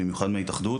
במיוחד מההתאחדות.